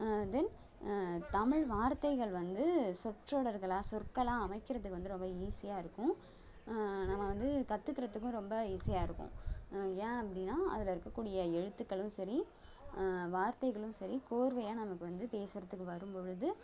தென் தமிழ் வார்த்தைகள் வந்து சொற்றொடர்களாக சொற்களாக அமைக்கிறதுக்கு வந்து ரொம்ப ஈஸியாக இருக்கும் நம்ம வந்து கற்றுக்கிறதுக்கும் ரொம்ப ஈஸியாக இருக்கும் ஏன் அப்படீன்னா அதில் இருக்கக்கூடிய எழுத்துக்களும் சரி வார்த்தைகளும் சரி கோர்வையாக நமக்கு வந்து பேசுகிறதுக்கு வரும் பொழுது